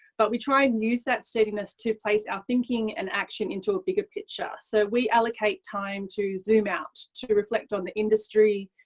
but we try to use that steadiness to place our thinking and action into a bigger picture. so we allocate time to zoom out, to to reflect on the industry,